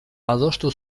adostu